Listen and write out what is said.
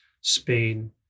Spain